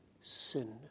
Sin